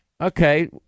okay